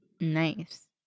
Nice